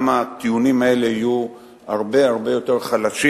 גם הטיעונים האלה יהיו הרבה יותר חלשים,